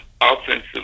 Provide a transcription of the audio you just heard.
offensive